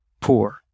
Poor